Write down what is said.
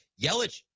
Yelich